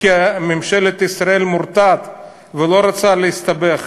כי ממשלת ישראל מורתעת ולא רוצה להסתבך.